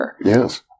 Yes